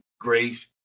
grace